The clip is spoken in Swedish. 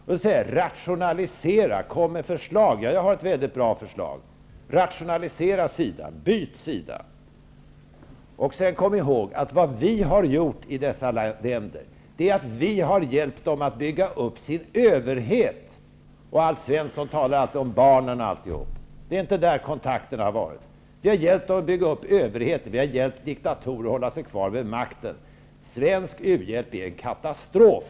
Alf Svensson vill att vi skall komma med förslag. Jag har ett bra förslag. Rationalisera SIDA -- byt sida. Kom ihåg att det vi gjort i dessa länder är att hjälpa dem att bygga upp sin överhet. Alf Svensson talar alltid om barnen. Men det är inte med dem kontakterna har varit. Vi har hjälpt dessa länder att bygga upp överheten, och vi har hjälpt diktatorerna att stanna kvar vid makten. Svensk u-hjälp är en katastrof.